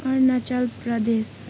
Arunachal Pradesh